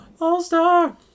All-star